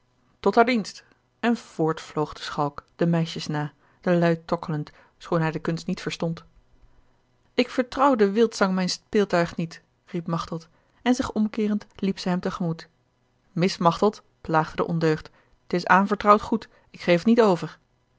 haar dienst en voort vloog de schalk de meisjes na de luit tokkelend schoon hij de kunst niet verstond ik vertrouw den wildzang mijn speeltuig niet riep machteld en zich omkeerend liep ze hem te gemoet mis machteld plaagde de ondeugd t is aanvertrouwd goed ik geef niet t over